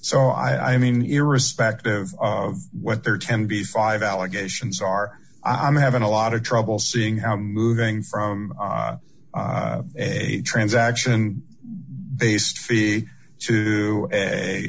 so i mean irrespective of what their temby five allegations are i'm having a lot of trouble seeing how moving from a transaction based fee to a